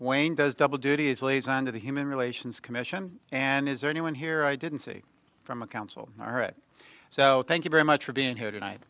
wayne does double duty as a liaison to the human relations commission and is there anyone here i didn't see from a council all right so thank you very much for being here tonight